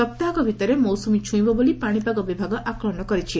ସପ୍ତାହକ ଭିତରେ ମୌସ୍କମୀ ଛ୍ରଇଁବ ବୋଲି ପାଣିପାଗ ବିଭାଗ ଆକଳନ କରିଛି